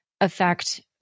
affect